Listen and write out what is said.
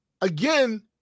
again